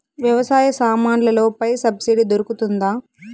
వ్యవసాయ సామాన్లలో పై సబ్సిడి దొరుకుతుందా?